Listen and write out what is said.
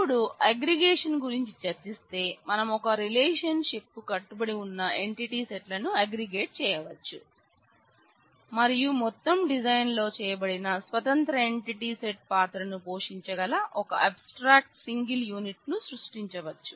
ఇపుడు అగ్రిగేషన్ చేయవచ్చు మరియు మొత్తం డిజైన్లో చేయబడిన స్వతంత్ర ఎంటిటీ సెట్ పాత్రను పోషించగల ఒక అబ్స్ట్రాక్ట్ సింగిల్ యూనిట్ను సృష్టించవచ్చు